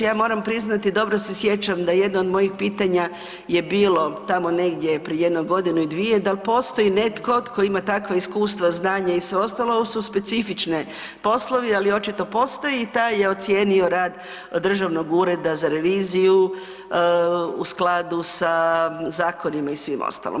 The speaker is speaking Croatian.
Ja moramo priznati, dobro se sjećam da je jedno od mojih pitanja je bilo tamo negdje prije jedno godinu i dvije, da li postoji netko tko ima takva iskustva, znanje i sve ostalo, ovo su specifične poslovi, ali očito postaje i taj je ocijenio rad Državnog ureda za reviziju, u skladu sa zakonima i svim ostalo.